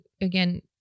again